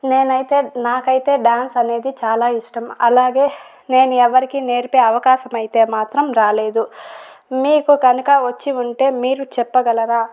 నేనైతే నాకైతే డాన్స్ అనేది చాలా ఇష్టం అలాగే నేను ఎవరికీ నేర్పే అవకాశం అయితే మాత్రం రాలేదు మీకు కనుక వచ్చి ఉంటే మీరు చెప్పగలరా